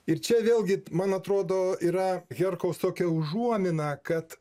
ir čia vėlgi man atrodo yra herkaus tokia užuomina kad